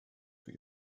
for